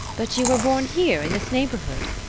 but you were born here in this neighborhood?